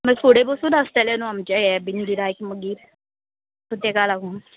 मागीर फुडें बसून आसतलें न्हू आमचें हें बीन गिरायक मागीर सो तेका लागून